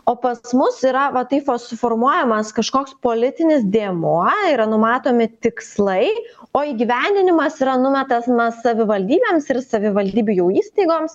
o pas mus yra va taip vat suformuojamas kažkoks politinis dėmuo yra numatomi tikslai o įgyvendinimas yra numetamas savivaldybėms ir savivaldybių jau įstaigoms